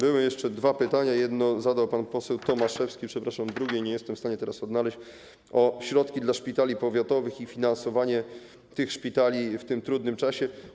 Były jeszcze dwa pytania, jedno zadał pan poseł Tomaszewski - przepraszam, drugiej nie jestem w stanie teraz odnaleźć - o środki dla szpitali powiatowych i finansowanie tych szpitali w tym trudnym czasie.